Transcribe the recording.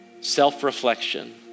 self-reflection